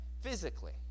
physically